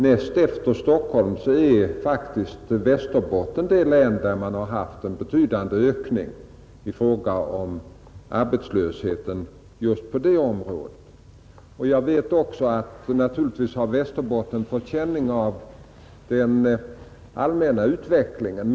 Näst efter Stockholm är faktiskt Västerbotten det län där man haft den största ökningen av arbetslösheten just på det området. Jag vet naturligtvis också att Västerbotten fått känning av den allmänna utvecklingen.